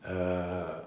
err